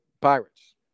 Pirates